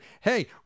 hey